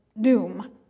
doom